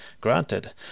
Granted